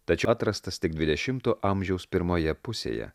tačiau atrastas tik dvidešimto amžiaus pirmoje pusėje